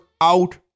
out